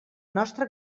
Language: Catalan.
nostra